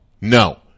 No